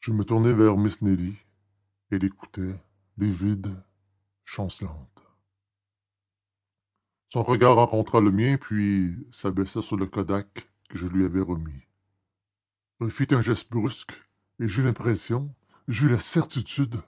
je me tournai vers miss nelly elle écoutait livide chancelante son regard rencontra le mien puis s'abaissa sur le kodak que je lui avais remis elle fit un geste brusque et j'eus l'impression j'eus la certitude